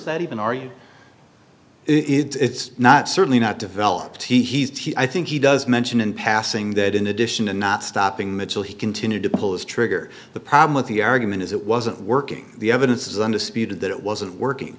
that even are you it's not certainly not develop he i think he does mention in passing that in addition to not stopping mitchell he continued to pull the trigger the problem with the argument is it wasn't working the evidence is undisputed that it wasn't working